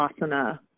asana